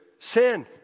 sin